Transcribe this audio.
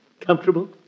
Comfortable